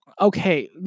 okay